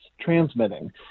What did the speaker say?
transmitting